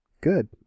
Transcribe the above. Good